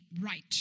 right